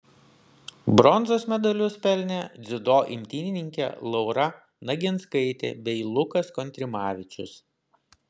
bronzos medalius pelnė dziudo imtynininkė laura naginskaitė bei lukas kontrimavičius